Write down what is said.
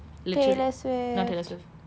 taylor swift